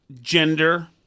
gender